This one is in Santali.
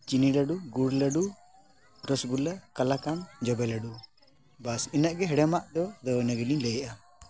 ᱪᱤᱱᱤ ᱞᱟᱹᱰᱩ ᱜᱩᱲ ᱞᱟᱹᱰᱩ ᱨᱚᱥᱚᱜᱩᱞᱞᱟᱹ ᱠᱟᱞᱟᱠᱟᱸᱫ ᱡᱚᱵᱮ ᱞᱟᱹᱰᱩ ᱵᱟᱥ ᱤᱱᱟᱹᱜ ᱜᱮ ᱦᱮᱲᱮᱢᱟᱜ ᱫᱚ ᱟᱫᱚ ᱤᱱᱟᱹ ᱜᱮᱞᱤᱧ ᱞᱟᱹᱭᱮᱜᱼᱟ